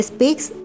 Speaks